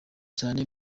cyane